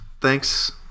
thanks